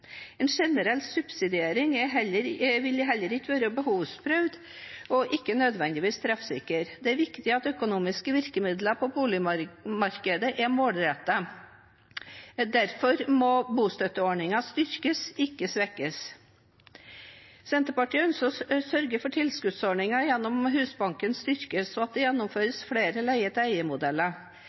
En generell subsidiering vil heller ikke være behovsprøvd, og ikke nødvendigvis treffsikker. Det er viktig at de økonomiske virkemidlene på boligmarkedet er målrettet. Derfor må bostøtteordningen styrkes, ikke svekkes. Senterpartiet ønsker å sørge for at tilskuddsordninger gjennom Husbanken styrkes, og at det gjennomføres flere